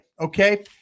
okay